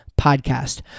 Podcast